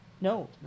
No